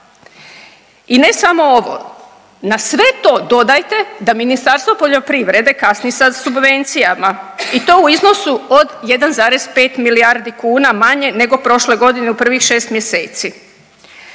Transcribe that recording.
I ne samo ovo, na sve to dodajte da Ministarstvo poljoprivrede kasni sa subvencijama i to u iznosu od 1,5 milijardi kuna manje nego prošle godine u prvih šest mjeseci.